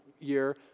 year